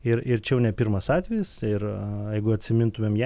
ir ir čia jau ne pirmas atvejis ir jeigu atsimintumėm ja